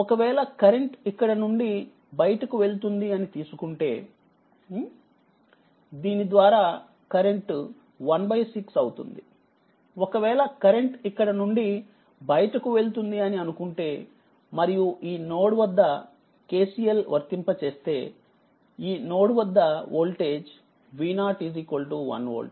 ఒకవేళ కరెంట్ ఇక్కడ నుండి బయటకు వెళ్తుంది అని తీసుకుంటే దీని ద్వారా కరెంట్ 16 అవుతుంది ఒకవేళ కరెంట్ ఇక్కడ నుండి బయటకి వెళ్తుంది అని అనుకుంటే మరియు ఈ నోడ్ వద్ద KCL వర్తింప చేస్తే ఈ నోడ్ వద్ద వోల్టేజ్ V0 1 వోల్ట్